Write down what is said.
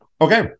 okay